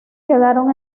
quedaron